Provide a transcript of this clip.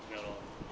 ya lor